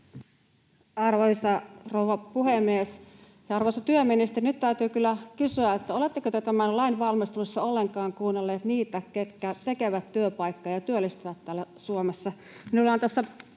Arvoisa rouva puhemies! Arvoisa työministeri, nyt täytyy kyllä kysyä, oletteko te tämän lain valmistelussa ollenkaan kuunnelleet niitä, ketkä tekevät työpaikkoja ja työllistävät täällä Suomessa?